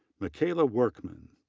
mikayla workman,